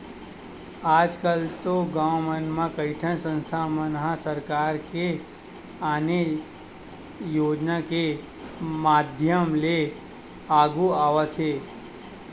आजकल तो गाँव मन म कइठन संस्था मन ह सरकार के ने आने योजना के माधियम ले आघु आवत हे